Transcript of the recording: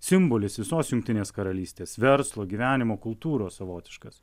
simbolis visos jungtinės karalystės verslo gyvenimo kultūros savotiškas